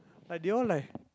like they all like